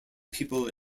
people